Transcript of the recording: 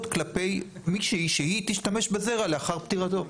כלפי מישהי שהיא תשתמש בזרע לאחר פטירתו?